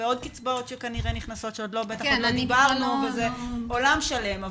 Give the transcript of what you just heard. ועוד קצבאות שכנראה נכנסות שעוד לא דיברנו עליהן וזה עולם שלם.